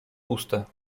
puste